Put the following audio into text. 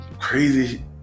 crazy